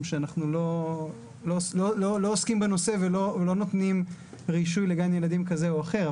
שאנחנו לא עוסקים בנושא ולא נותנים רישוי לגן ילדים כזה או אחר.